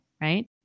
right